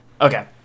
Okay